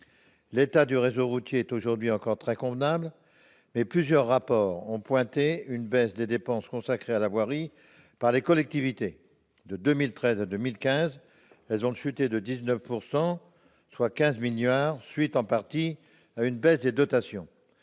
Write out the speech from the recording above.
L'état du réseau routier est aujourd'hui encore très convenable. Toutefois, plusieurs rapports ont souligné la baisse des dépenses consacrées à la voirie par les collectivités : de 2013 à 2015, elles ont chuté de 19 %, soit 15 milliards d'euros, en partie en raison d'une baisse des dotations